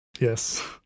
Yes